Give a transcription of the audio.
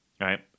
right